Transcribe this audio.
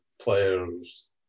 players